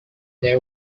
they